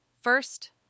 First